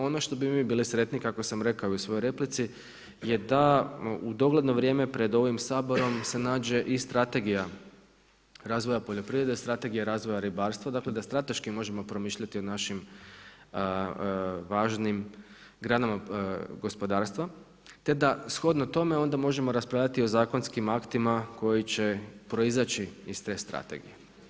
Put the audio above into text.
Ono što bi mi bili sretni kako sam i rekao u svojoj replici je da u dogledno vrijeme pred ovim Saborom se nađe i Strategija razvoja poljoprivrede, Strategija razvoja ribarstva, dakle da strateški možemo promišljati o našim važnim granama gospodarstva, te da shodno tome onda možemo raspravljati i o zakonskim aktima koji će proizaći iz te strategije.